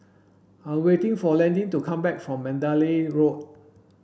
I'm waiting for Landin to come back from Mandalay Road